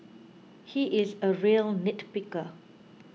he is a real nitpicker